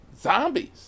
Zombies